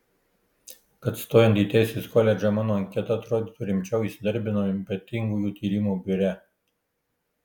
kad stojant į teisės koledžą mano anketa atrodytų rimčiau įsidarbinau ypatingųjų tyrimų biure